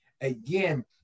again